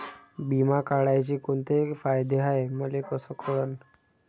बिमा काढाचे कोंते फायदे हाय मले कस कळन?